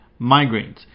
Migraines